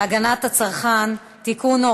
הגנת הצרכן (תיקון,